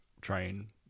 train